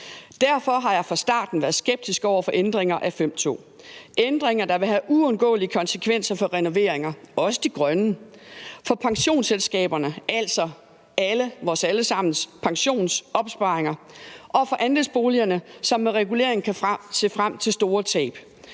Derfor har jeg fra starten været skeptisk over for ændringer af § 5, stk. 2 – ændringer, der vil have uundgåelige konsekvenser for renoveringer, også de grønne, for pensionsselskaberne, altså vores alle sammens pensionsopsparinger, og for andelsboligerne, som med regulering kan se frem til store tab.